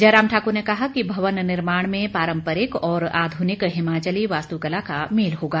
जयराम ठाकुर ने कहा कि भवन निर्माण में पारम्परिक और आधुनिक हिमाचली वास्तुकला का मेल होगा